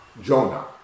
Jonah